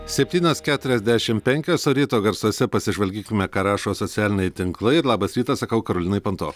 septynios keturiasdešim penkios ryto garsuose pasižvalgykime ką rašo socialiniai tinklai ir labas rytas sakau karolinai panto